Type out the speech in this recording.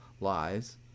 lies